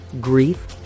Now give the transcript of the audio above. grief